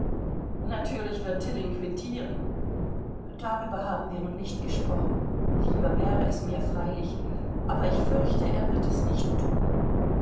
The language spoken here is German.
natürlich wird tilling quittieren darüber haben wir noch nicht gesprochen lieber wäre es mir freilich aber ich fürchte er wird es nicht thun